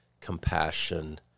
compassion